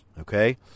Okay